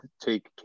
take